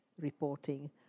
reporting